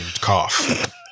cough